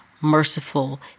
merciful